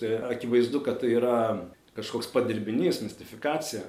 tai akivaizdu kad tai yra kažkoks padirbinys mistifikacija